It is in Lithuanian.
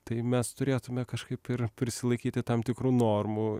tai mes turėtume kažkaip ir prisilaikyti tam tikrų normų